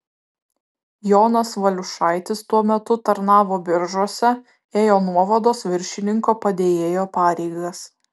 jonas valiušaitis tuo metu tarnavo biržuose ėjo nuovados viršininko padėjėjo pareigas